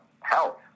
health